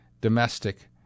domestic